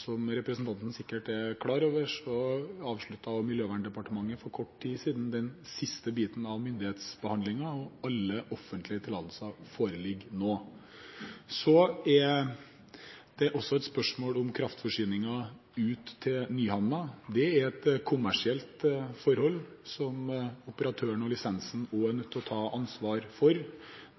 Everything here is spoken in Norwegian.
Som representanten sikkert er klar over, avsluttet Miljøverndepartementet for kort tid siden den siste biten av myndighetsbehandlingen, og alle offentlige tillatelser foreligger nå. Det er også et spørsmål om kraftforsyningen ut til Nyhamna. Det er et kommersielt forhold som operatøren og lisensen også er nødt til å ta ansvar for.